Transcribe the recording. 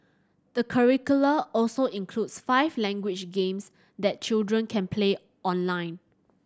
the curricula also includes five language games that children can play online